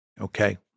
okay